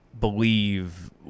believe